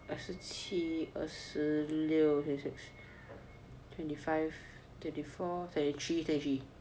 二十七二十六 fifty six twenty five twenty four thirty three thirty three